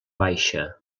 baixa